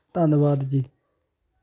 ਧੰਨਵਾਦ ਜੀ